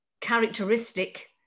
characteristic